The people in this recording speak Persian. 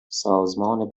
سازمان